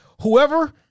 whoever